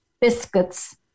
biscuits